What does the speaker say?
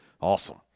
Awesome